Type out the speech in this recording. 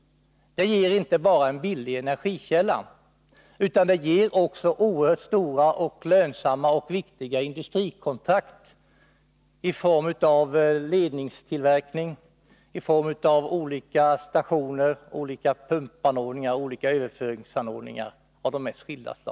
Naturgas är inte bara en billig energikälla, utan en satsning på naturgas ger också stora, lönsamma, viktiga industrikontrakt i form av ledningstillverkning, olika stationer, pumpar och överföringsanordningar av de mest skilda slag.